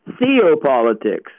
theopolitics